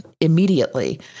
immediately